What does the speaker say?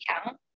account